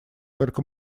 только